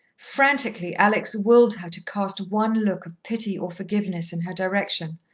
frantically, alex willed her to cast one look of pity or forgiveness in her direction,